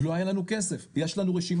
לא היה לנו כסף, יש לנו רשימה.